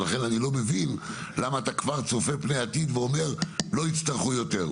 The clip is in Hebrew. לכן אני לא מבין למה אתה כבר צופה את פני העתיד ואומר: לא יצטרכו יותר.